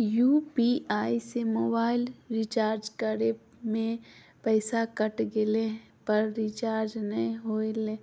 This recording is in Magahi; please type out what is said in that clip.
यू.पी.आई से मोबाईल रिचार्ज करे में पैसा कट गेलई, पर रिचार्ज नई होलई,